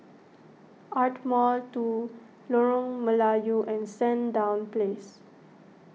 Ardmore two Lorong Melayu and Sandown Place